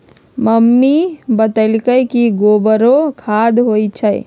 mummy बतअलई कि गोबरो खाद होई छई